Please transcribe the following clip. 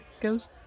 goes